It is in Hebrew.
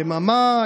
יממה,